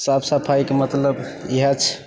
साफ सफाइके मतलब इएह छै